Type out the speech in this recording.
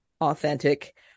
authentic